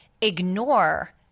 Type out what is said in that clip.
ignore